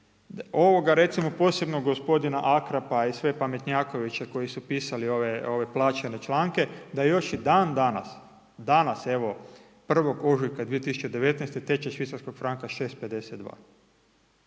ovoga recimo posebno gospodina Akrapa i sve pametnjakoviće koji su pisali ove plaćene članke, da još i dan danas, danas, evo 1. ožujka 2019. tečaj švicarskog franka 6,52.